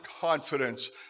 confidence